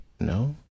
No